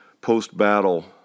post-battle